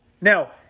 Now